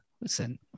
listen